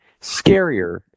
scarier